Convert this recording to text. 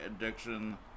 addiction